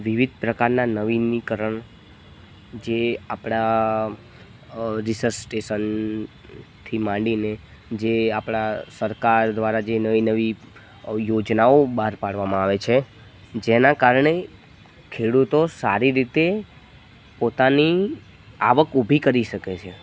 વિવિધ પ્રકારના નવીનીકરણ જે આપણા રિસર્સ સ્ટેશનથી માંડીને જે આપણા સરકાર દ્વારા જે નવી નવી યોજનાઓ બહાર પાડવામાં આવે છે જેના કારણે ખેડૂતો સારી રીતે પોતાની આવક ઉભી કરી શકે છે